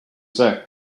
say